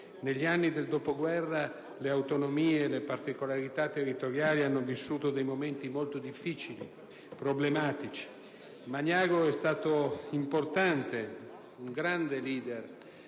Negli anni del Dopoguerra le autonomie e le specificità territoriali hanno vissuto momenti molto difficili, problematici. Magnago è stato un grande *leader*,